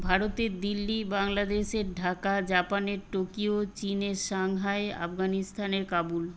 ভারতের দিল্লি বাংলাদেশের ঢাকা জাপানের টোকিও চিনের সাংহাই আফগানিস্তানের কাবুল